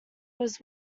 was